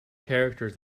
characters